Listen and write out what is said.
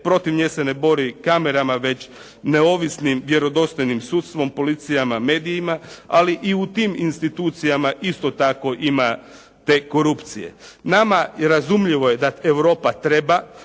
protiv nje se ne bore kamerama već neovisnim vjerodostojnim sudstvom, policijama, medijima, ali i u tim institucijama isto tako ima te korupcije. Nama razumljivo je da Europa treba.